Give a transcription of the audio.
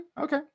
Okay